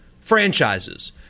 franchises